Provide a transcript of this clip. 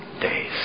Days